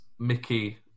Mickey